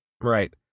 Right